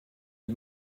les